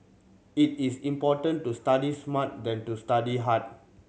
it is important to study smart than to study hard